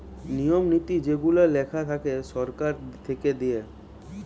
নিয়ম নীতি যেগুলা লেখা থাকে সরকার থেকে দিয়ে